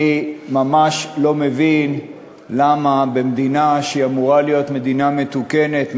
אני ממש לא מבין למה במדינה שאמורה להיות מדינה מתוקנת,